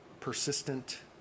persistent